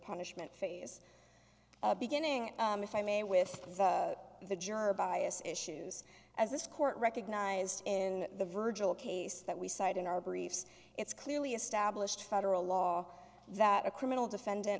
punishment phase beginning if i may with the juror bias issues as this court recognized and the virgil case that we cited in our briefs it's clearly established federal law that a criminal defendant